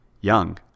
young